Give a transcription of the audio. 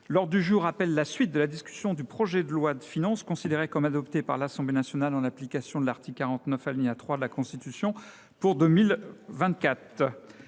L’ordre du jour appelle la suite de la discussion du projet de loi de finances pour 2024, considéré comme adopté par l’Assemblée nationale en application de l’article 49, alinéa 3, de la Constitution (projet